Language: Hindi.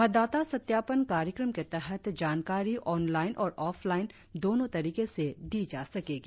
मतदाता सत्यापन कार्यक्रम के तहत जानकारी ऑनलाइन और ऑफलाइन दोनों तरीके से दी जा सकेगी